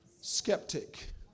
skeptic